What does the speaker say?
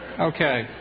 Okay